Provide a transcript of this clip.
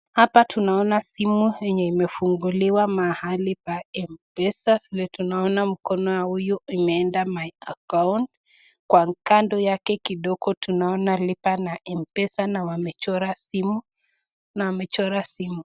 Hapa tunaona simu yenye imefunguliwa mahali pa mpesa vile tunaona mkono ya huyu imeenda my account kando yake kidogo tunaona lipa na mpesa na wamechora simu.